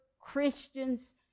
Christians